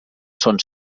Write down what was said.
son